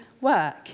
work